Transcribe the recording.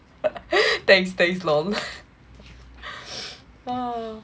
thanks thanks LOL